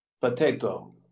Potato